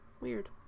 weird